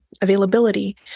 availability